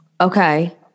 Okay